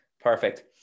Perfect